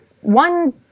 one